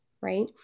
right